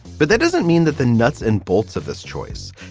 but that doesn't mean that the nuts and bolts of this choice,